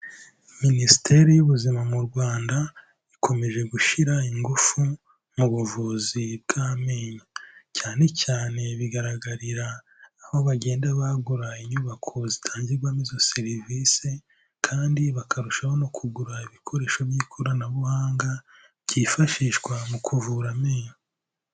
Minisiteri y'ubuzima mu Rwanda ikomeje gushyira ingufu mu buvuzi bw'amenyo, cyane cyane bigaragarira aho bagenda bagura inyubako zitangirwamo izo serivisi kandi bakarushaho no kugura ibikoresho by'ikoranabuhanga byifashishwa mu kuvura amenyo.